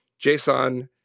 JSON